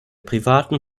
privaten